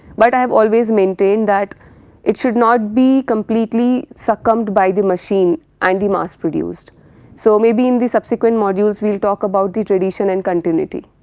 but i have always maintained that it should not be completely succumbed by the machine and the mass produced so maybe in the subsequent modules will talk about the tradition and continuity.